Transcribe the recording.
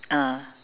ah